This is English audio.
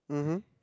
(uh huh)